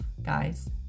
Guys